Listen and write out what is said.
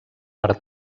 per